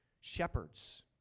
shepherds